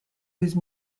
whose